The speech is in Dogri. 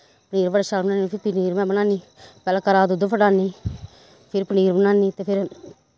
पनीर बड़ा शैल बनान्नी फिर पनीर में बनानी पैह्लें घरा दा दुद्ध फटानी फिर पनीर बनानी ते फिर